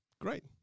great